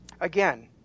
Again